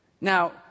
Now